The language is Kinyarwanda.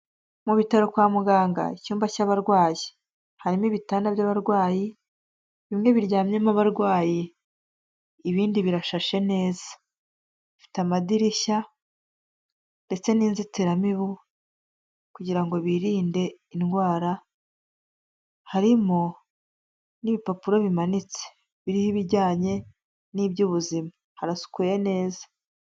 Mu bitaro kwa muganga icyumba cy'abarwayi harimo ibitanda by'abarwayi bimwe biryamyemo abarwayi, ibindi birashashe neza, bifite amadirishya ndetse n'inzitiramibu kugirango birinde indwara harimo n'ibipapuro bimanitse biho ibijyanye n'iby'ubuzima, harasukuye neza.